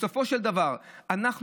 בסופו של דבר אנחנו